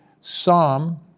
Psalm